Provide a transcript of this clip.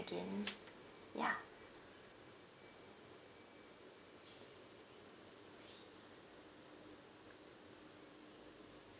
again ya